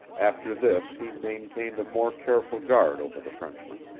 after this he maintained a more careful guard over the frenchman.